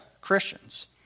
Christians